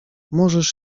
możesz